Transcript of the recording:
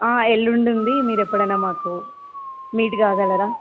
ఎల్లుండి ఉంది మీరు ఎప్పుడైన మాకు మీట్ కాగలరా